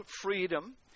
freedom